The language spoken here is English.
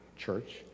church